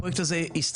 הפרויקט הזה הסתיים,